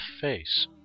face